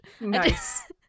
nice